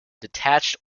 detached